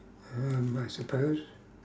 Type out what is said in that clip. um I suppose